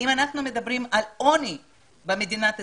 אם אנחנו מדברים על עוני במדינת ישראל,